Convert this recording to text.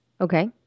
Okay